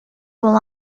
while